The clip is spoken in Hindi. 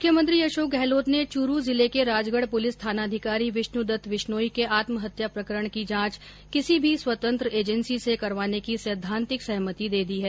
मुख्यमंत्री अशोक गहलोत ने चुरू जिले के राजगढ़ पुलिस थानाधिकारी विष्णुदत्त विश्नोई के आत्महत्या प्रकरण की जांच किसी भी स्वतंत्र एजेन्सी से करवाने की सैद्वान्तिक सहमति दी है